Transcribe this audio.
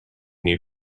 new